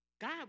God